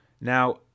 Now